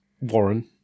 warren